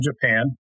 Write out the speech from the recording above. Japan